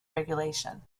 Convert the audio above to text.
regulation